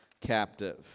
captive